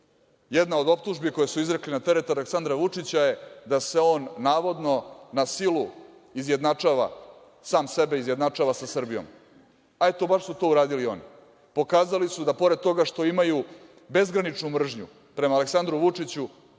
od optužbi koje su izrekli na teret Aleksandra Vučića je da se on, navodno, na silu izjednačava, sam sebe, izjednačava sa Srbijom. A, eto, baš su to uradili oni. Pokazali su da pored toga što imaju bezgraničnu mržnju prema Aleksandru Vučiću,